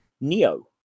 neo